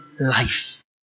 life